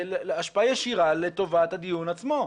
השפעה ישירה לטובת הדיון עצמו.